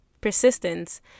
persistence